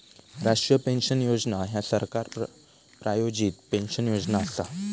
राष्ट्रीय पेन्शन योजना ह्या सरकार प्रायोजित पेन्शन योजना असा